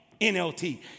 NLT